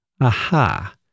Aha